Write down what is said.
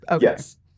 Yes